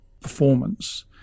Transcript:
performance